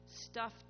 stuffed